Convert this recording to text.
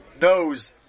knows